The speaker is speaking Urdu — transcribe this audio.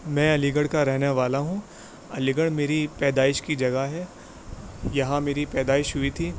میں علی گڑھ کا رہنے والا ہوں علی گڑھ میری پیدائش کی جگہ ہے یہاں میری پیدائش ہوئی تھی